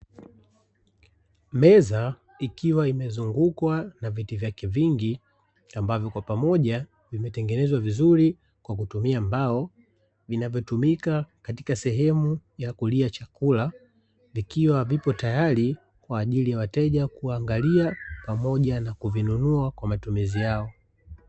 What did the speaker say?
Meza ikiwa imezungukwa na viti vyake vingi, ambavyo kwa pamoja vimetengenezwa vizuri kwa kutumia mbao, vinavyotumika katika sehemu ya kulia chakula, vikiwa vipo tayari kwa ajili ya wateja kuangalia pamoja na kuvinunua kwa matumizi yao.